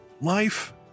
Life